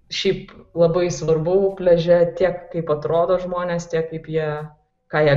šiaip labai svarbu pliaže tiek kaip atrodo žmonės tiek kaip jie ką jie